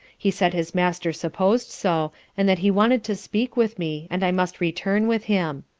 he said his master suppos'd so, and that he wanted to speak with me, and i must return with him.